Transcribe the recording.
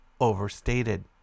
overstated